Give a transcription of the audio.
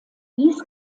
dies